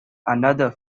another